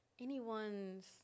anyone's